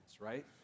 right